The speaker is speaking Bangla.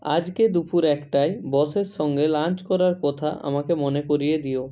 আজকে দুপুর একটায় বসের সঙ্গে লাঞ্চ করার কথা আমাকে মনে করিয়ে দিও